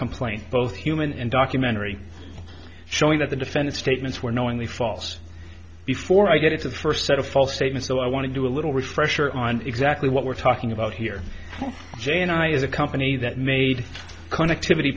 complaint both human and documentary showing that the defendant statements were knowingly false before i get the first set of false statements so i want to do a little refresher on exactly what we're talking about here j and i as a company that made connectivity